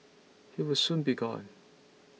he will soon be gone